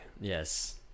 Yes